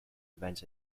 events